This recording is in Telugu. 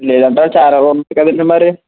లేదంటే ఆ ఛానల్ ఉండదు కదండీ మరి